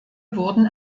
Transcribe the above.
wurden